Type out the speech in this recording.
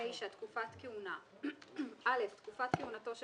9. תקופת כהונה (א) "תקופת כהונתו של